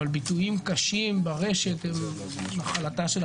אבל ביטויים קשים ברשת הם נחלתם של